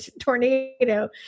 tornado